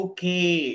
Okay